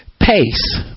pace